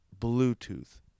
Bluetooth